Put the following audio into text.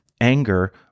anger